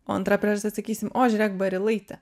o antra priežastis sakysim o žiūrėk barilaitė